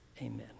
Amen